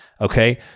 okay